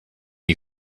you